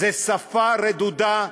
זו שפה רדודה.